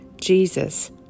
Jesus